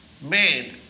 made